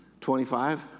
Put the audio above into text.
25